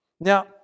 Now